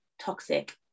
toxic